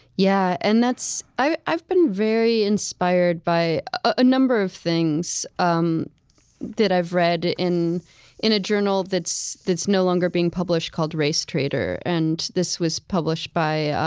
yeah and i've i've been very inspired by a number of things um that i've read in in a journal that's that's no longer being published called race traitor. and this was published by